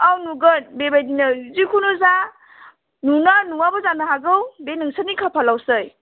औ नुगोन बेबायदिनो जेखुनु जा नुना नुवाबो जानो हागौ बे नोंसोरनि खाफालावसै